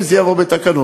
אם זה יבוא בתקנות,